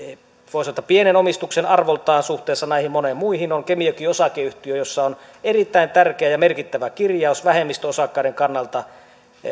voi sanoa pienen omistuksen arvoltaan suhteessa näihin moniin muihin kemijoki oyn jossa on erittäin tärkeä ja merkittävä kirjaus vähemmistöosakkaiden kannalta